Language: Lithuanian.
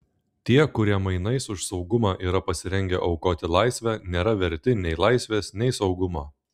tie kurie mainais už saugumą yra pasirengę aukoti laisvę nėra verti nei laisvės nei saugumo